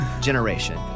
generation